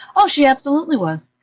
oh, she absolutely was.